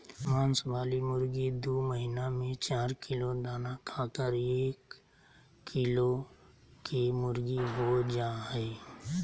मांस वाली मुर्गी दू महीना में चार किलो दाना खाकर एक किलो केमुर्गीहो जा हइ